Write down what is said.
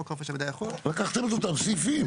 שחוק חופש המידע יחול --- לקחתם את אותם סעיפים.